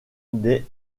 des